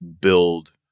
build